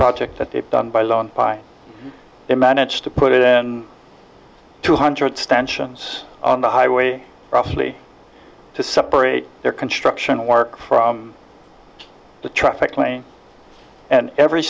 project that they've done by law they managed to put it in two hundred stanchions on the highway probably to separate their construction work from the traffic lane and every